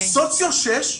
סוציו 6,